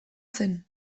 zen